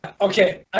okay